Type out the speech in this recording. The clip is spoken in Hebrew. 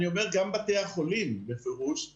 אני אומר גם בתי החולים בפירוש,